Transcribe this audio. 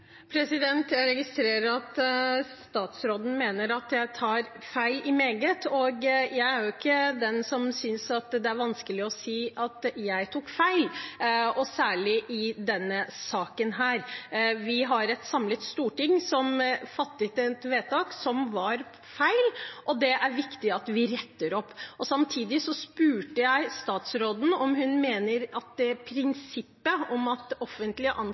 Jeg registrerer at statsråden mener at jeg tar feil i mye, og jeg er ikke den som synes at det er vanskelig å si at jeg tok feil, særlig i denne saken. Vi har et samlet storting som fattet et vedtak som var feil, og det er det viktig at vi retter opp. Samtidig spurte jeg statsråden om hun mener at prinsippet om at offentlig ansatte som forvalter offentlige